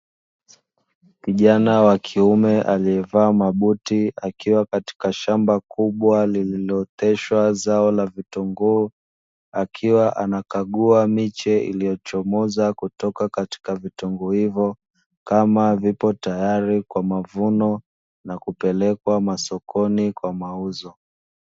Kijana wa kiume aliyevaa mabuti akiwa katika shamba kubwa lililooteshwa zao la vitunguu, akiwa anakagua miche iliyochomoza kutoka katika vitunguu hivyo, kama vipo tayari kwa mavuno na kupelekwa masokoni kwa mauzo.